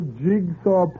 jigsaw